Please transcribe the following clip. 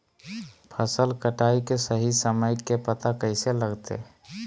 फसल कटाई के सही समय के पता कैसे लगते?